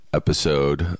episode